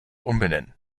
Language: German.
umbenennen